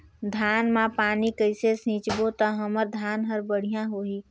धान मा पानी कइसे सिंचबो ता हमर धन हर बढ़िया होही?